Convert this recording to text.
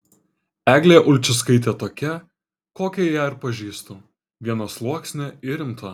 eglė ulčickaitė tokia kokią ją ir pažįstu vienasluoksnė ir rimta